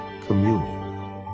Communion